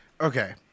Okay